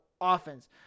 Offense